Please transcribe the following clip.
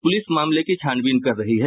police मामले की छानबीन कर रही है